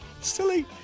Silly